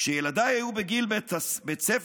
"כשילדיי היו בגיל בית ספר,